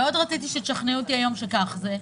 רציתי שתשכנעו אותי היום שכך זה.